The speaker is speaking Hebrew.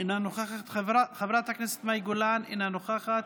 אינה נוכחת, חברה הכנסת מאי גולן, אינה נוכחת,